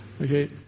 Okay